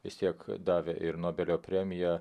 vis tiek davė ir nobelio premiją